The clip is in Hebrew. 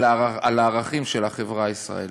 אלא על הערכים של החברה הישראלית.